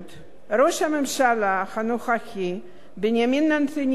ראש הממשלה הנוכחי בנימין נתניהו,